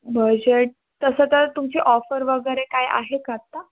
budget तसं तर तुमची ऑफर वगैरे काय आहे का आता